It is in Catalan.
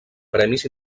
premis